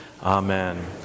Amen